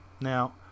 Now